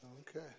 Okay